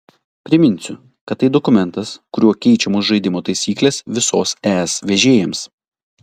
priminsiu kad tai dokumentas kuriuo keičiamos žaidimo taisyklės visos es vežėjams